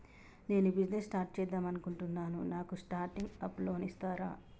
నేను business start చేద్దామనుకుంటున్నాను నాకు స్టార్టింగ్ అప్ లోన్ ఇస్తారా?